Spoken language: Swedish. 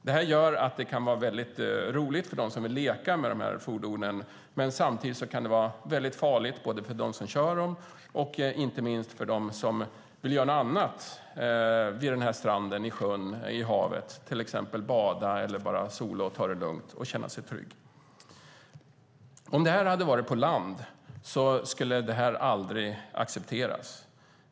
Det gör att det kan vara roligt för dem som vill leka med dessa fordon. Samtidigt kan det vara farligt både för dem som kör skotrarna och inte minst för dem som vill göra något annat vid stranden, i sjön, i havet - till exempel bada eller bara sola och ta det lugnt - och som vill känna sig trygg. Om det här vore på land skulle det aldrig accepteras.